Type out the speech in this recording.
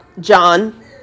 John